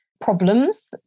problems